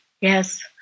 Yes